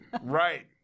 right